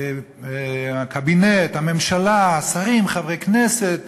הקבינט, הממשלה, שרים, חברי כנסת.